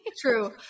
True